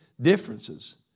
Differences